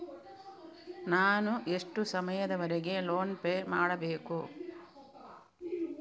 ನಾನು ಎಷ್ಟು ಸಮಯದವರೆಗೆ ಲೋನ್ ಪೇ ಮಾಡಬೇಕು?